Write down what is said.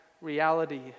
reality